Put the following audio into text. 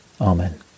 Amen